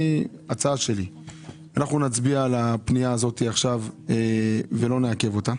אני מציע שאנחנו נצביע על הפנייה הזאת ולא נעכב אותה.